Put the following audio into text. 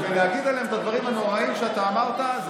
ולהגיד עליהם את הדברים הנוראיים שאתה אמרת,